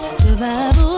survival